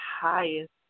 highest